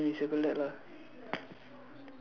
oh okay okay okay okay then we circle that lah